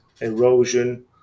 erosion